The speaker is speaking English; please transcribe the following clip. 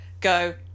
go